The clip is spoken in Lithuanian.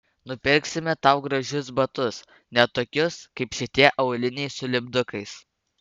nupirksime tau gražius batus ne tokius kaip šitie auliniai su lipdukais